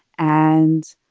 and,